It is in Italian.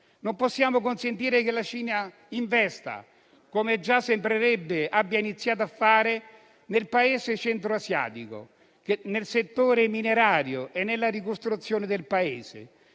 Non possiamo consentire che la Cina investa, come già sembrerebbe abbia iniziato a fare, nel Paese centro-asiatico, nella sua ricostruzione e nel